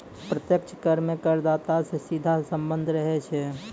प्रत्यक्ष कर मे करदाता सं सीधा सम्बन्ध रहै छै